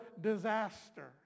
disaster